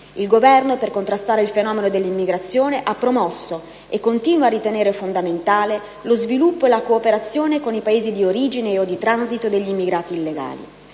territorio. Per contrastare il fenomeno dell'immigrazione clandestina il Governo ha promosso, e continua a ritenere fondamentale, lo sviluppo e la cooperazione con i Paesi di origine e/o di transito degli immigrati illegali.